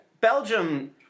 Belgium